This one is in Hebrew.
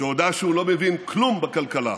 שהודה שהוא לא מבין כלום בכלכלה,